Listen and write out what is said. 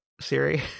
siri